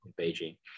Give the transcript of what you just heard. Beijing